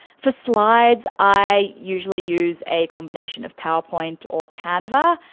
for slides, i usually use a combination of powerpoint or canva.